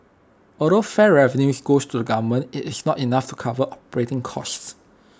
although fare revenue goes to the government IT is not enough to cover operating costs